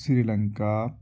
Sri Lanka